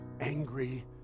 angry